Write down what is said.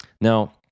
Now